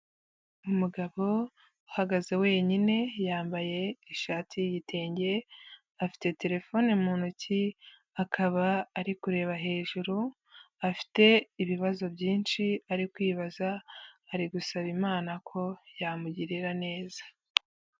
Umugabo uhagaze wenyine yambaye ishati y'igitenge, afite telefone mu ntoki, akaba ari kureba hejuru, afite ibibazo byinshi ari kwibaza, ari gusaba imana ko yamugirira neza.